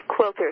quilters